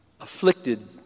Afflicted